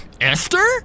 Esther